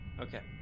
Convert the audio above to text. Okay